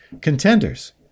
contenders